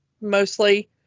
Mostly